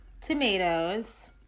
tomatoes